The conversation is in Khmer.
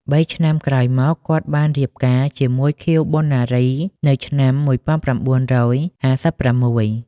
បីឆ្នាំក្រោយមក គាត់ បានរៀបការជាមួយ ខៀវ ប៉ុណ្ណារី នៅឆ្នាំ១៩៥៦។